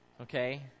okay